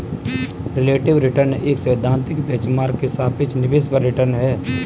relative return एक सैद्धांतिक benchmark के सापेक्ष निवेश पर रिटर्न है